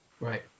Right